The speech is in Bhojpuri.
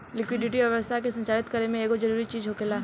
लिक्विडिटी अर्थव्यवस्था के संचालित करे में एगो जरूरी चीज होखेला